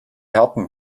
harten